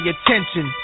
attention